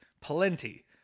plenty